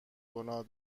گناه